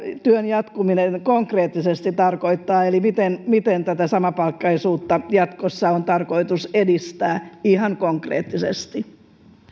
työn jatkuminen konkreettisesti tarkoittaa eli miten miten tätä samapalkkaisuutta jatkossa on tarkoitus edistää ihan konkreettisesti